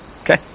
Okay